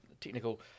technical